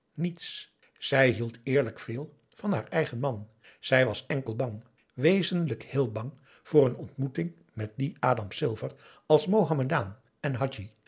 niets zij hield eerlijk veel van haar eigen man zij was enkel bang wezenlijk heel bang voor een ontmoeting met dien dam aum boe akar eel ilver als mohammedaan en hadji